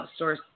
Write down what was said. outsource